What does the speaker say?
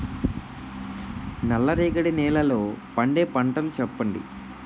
నల్ల రేగడి నెలలో పండే పంటలు చెప్పండి?